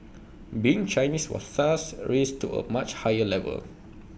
being Chinese was thus raised to A much higher level